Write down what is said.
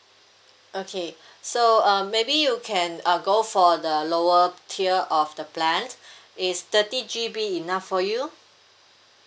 okay so uh maybe you can uh go for the lower tier of the plans it's thirty G_B enough for you